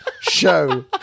show